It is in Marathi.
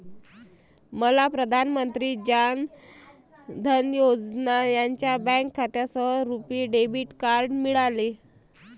मला प्रधान मंत्री जान धन योजना यांच्या बँक खात्यासह रुपी डेबिट कार्ड मिळाले